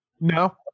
No